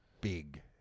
big